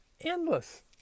Endless